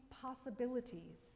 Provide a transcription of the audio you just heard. possibilities